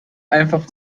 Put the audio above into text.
einfach